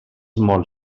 molt